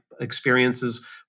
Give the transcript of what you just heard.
experiences